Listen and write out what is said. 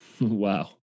Wow